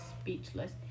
speechless